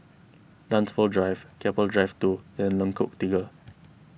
Dunsfold Drive Keppel Drive two and Lengkok Tiga